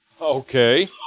Okay